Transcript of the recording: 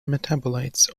metabolites